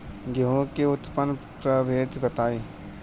गेंहू के उन्नत प्रभेद बताई?